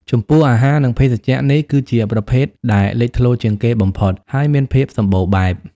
ចំពោះអាហារ និងភេសជ្ជៈនេះគឺជាប្រភេទដែលលេចធ្លោជាងគេបំផុត ហើយមានភាពសម្បូរបែប។